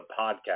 podcast